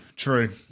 True